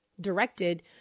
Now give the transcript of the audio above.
directed